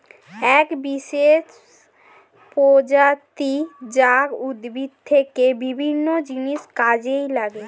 এক বিশেষ প্রজাতি জাট উদ্ভিদ থেকে বিভিন্ন জিনিস কাজে লাগে